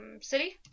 city